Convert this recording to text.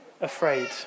afraid